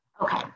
Okay